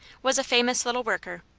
was a famous little worker,